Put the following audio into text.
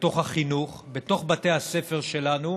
בתוך החינוך, בתוך בתי הספר שלנו,